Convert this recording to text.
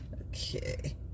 Okay